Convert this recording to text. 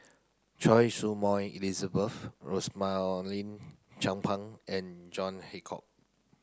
Choy Su Moi Elizabeth Rosaline Chan Pang and John Hitchcock